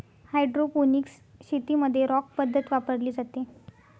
hydroponics शेतीमध्ये rock पद्धत वापरली जाते